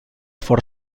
fort